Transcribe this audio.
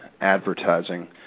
advertising